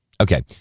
okay